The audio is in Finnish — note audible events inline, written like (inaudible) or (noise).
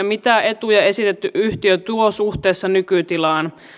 (unintelligible) mitä etuja esitetty yhtiö tuo suhteessa nykytilaan